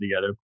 together